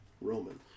Roman